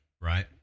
Right